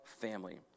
family